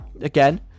Again